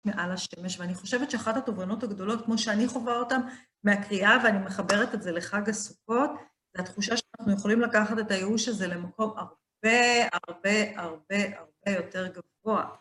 מעל השמש, ואני חושבת שאחת התובנות הגדולות, כמו שאני חווה אותן, מהקריאה, ואני מחברת את זה לחג הסוכות, זה התחושה שאנחנו יכולים לקחת את הייאוש הזה למקום הרבה הרבה הרבה הרבה יותר גבוה.